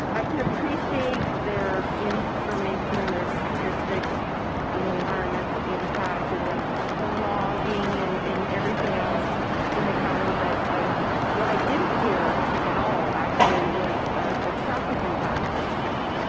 i can appreciate their information and their statistics on the environmental impact and the the logging and and everything else in the county. but what i didn't hear at all actually was a traffic impact,